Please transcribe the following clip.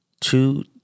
two